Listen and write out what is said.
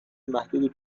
محدودی